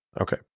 Okay